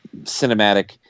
cinematic